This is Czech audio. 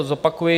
Zopakuji